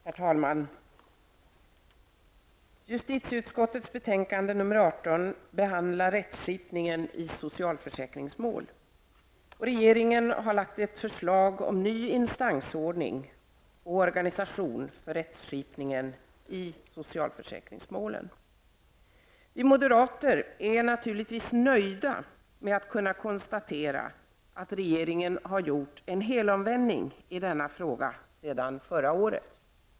Herr talman! I justitieutskottets betänkande nr 18 Regeringen har lagt fram ett förslag om ny instansordning och organisation för rättskipningen i socialförsäkringsmålen. Vi moderater är naturligtvis nöjda med att kunna konstatera att regeringen har gjort en helomvändning i denna fråga sedan förra året.